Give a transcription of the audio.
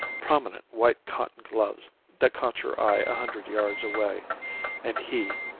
prominent white cotton gloves that caught your eye a hundred yards away and he,